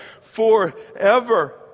forever